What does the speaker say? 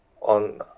on